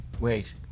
Wait